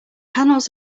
panels